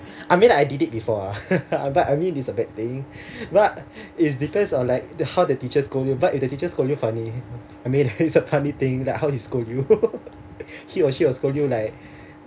I mean I did it before ah but I mean is a bad thing but it depends on like the how the teacher scold you but if the teacher scold you funny I mean it's a funny thing like how he scold you he or she will scold you like